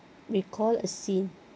recall a scene